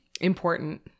important